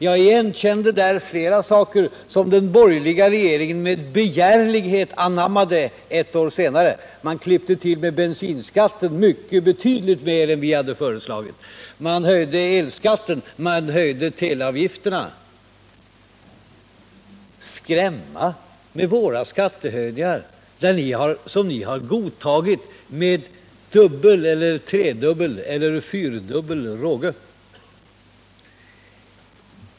Jag igenkände där flera saker som den borgerliga regeringen med begärlighet anammade ett år senare. Ni klippte till med bensinskatten, betydligt mer än vi hade föreslagit. Ni höjde elskatten och teleavgifterna. Gösta Bohman skräms med våra skattehöjningar, som regeringen har godtagit med dubbel, tredubbel eller fyrdubbel råge.